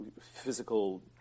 physical